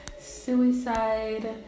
suicide